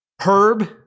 Herb